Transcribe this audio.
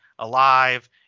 alive